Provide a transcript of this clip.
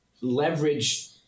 leverage